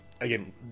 again